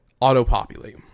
auto-populate